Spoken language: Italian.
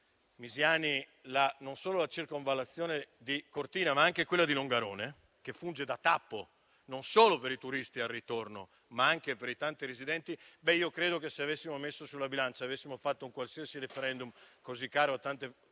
citato non solo la circonvallazione di Cortina, ma anche quella di Longarone, che funge da tappo non solo per i turisti al ritorno, ma anche per i tanti residenti - se avessimo messo questi elementi sulla bilancia; se avessimo fatto un qualsiasi *referendum* così caro a tante forze